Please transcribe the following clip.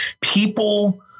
people